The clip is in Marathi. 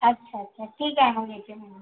अच्छा अच्छा ठीक आहे मग यायचा